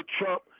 Trump